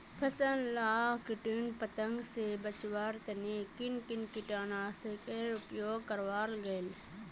फसल लाक किट पतंग से बचवार तने किन किन कीटनाशकेर उपयोग करवार लगे?